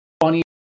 funny